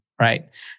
right